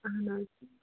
اَہن حظ